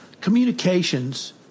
communications